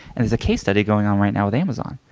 and there's a case study going on right now with amazon.